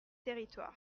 territoires